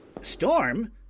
Storm